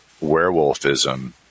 werewolfism